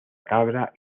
cabra